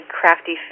crafty